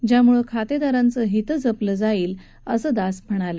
त्यामुळे खातेदारांचं हित जपलं जाईल असं दास म्हणाले